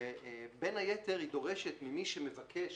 בין היתר היא דורשת ממי שמבקש,